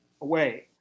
away